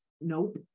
Nope